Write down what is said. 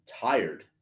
tired